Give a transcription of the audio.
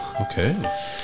Okay